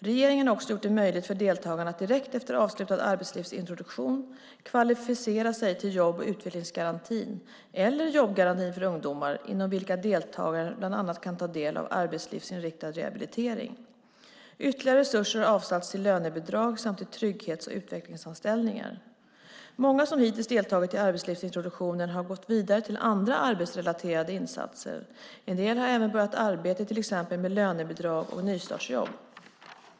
Regeringen har också gjort det möjligt för deltagarna att direkt efter avslutad arbetslivsintroduktion kvalificera sig till jobb och utvecklingsgarantin eller jobbgarantin för ungdomar, inom vilka deltagarna bland annat kan ta del av arbetslivsinriktad rehabilitering. Ytterligare resurser har avsatts till lönebidrag samt till trygghets och utvecklingsanställningar. Många som hittills deltagit i arbetslivsintroduktionen har gått vidare till andra arbetsrelaterade insatser. En del har även börjat arbete, till exempel med lönebidrag och nystartsjobb.